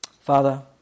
Father